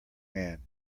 man